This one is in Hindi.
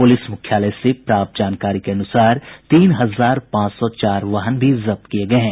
पुलिस मुख्यालय से प्राप्त जानकारी के अनुसार तीन हजार पांच सौ चार वाहन भी जब्त किये गये हैं